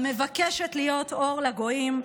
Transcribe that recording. המבקשת להיות אור לגויים,